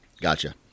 Gotcha